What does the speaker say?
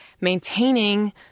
maintaining